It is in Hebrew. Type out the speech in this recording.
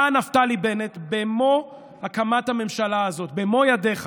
אתה, נפתלי בנט, במו הקמת הממשלה הזאת, במו ידיך,